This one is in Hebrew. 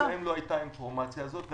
הייתה האינפורמציה הזאת,